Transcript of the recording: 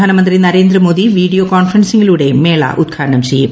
പ്രധാനമന്ത്രി നരേന്ദ്രമോദി വീഡിയോ കോൺഫറൻസിംഗിലൂടെ മേള ഉദ്ഘാടനം ചെയ്യും